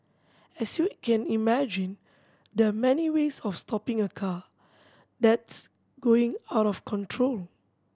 as you can imagine there are many ways of stopping a car that's going out of control